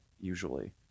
usually